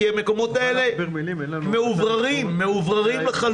כי המקומות האלה מאווררים לחלוטין.